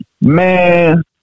Man